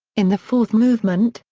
in the fourth movement,